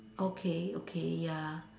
okay okay ya